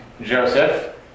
Joseph